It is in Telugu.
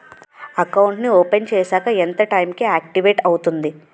అకౌంట్ నీ ఓపెన్ చేశాక ఎంత టైం కి ఆక్టివేట్ అవుతుంది?